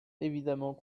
évidemment